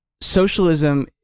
socialism